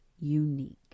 unique